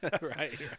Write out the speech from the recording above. right